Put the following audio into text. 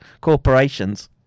corporations